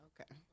Okay